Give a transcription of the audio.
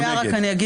אני יכול